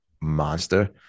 monster